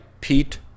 pete